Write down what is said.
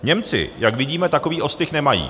Němci, jak vidíme, takový ostych nemají.